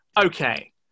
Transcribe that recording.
Okay